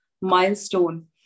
milestone